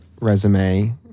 resume